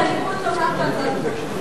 יואל, הליכוד תמך בהצעת החוק הזאת.